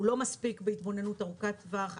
הוא לא מספיק בהתבוננות ארוכת טווח.